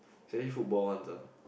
it's only football ones ah